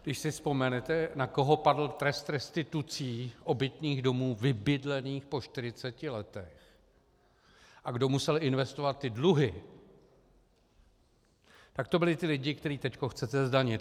Když si vzpomenete, na koho padl trest restitucí obytných domů vybydlených po 40 letech a kdo musel investovat ty dluhy, tak to byli ti lidé, které teď chcete zdanit.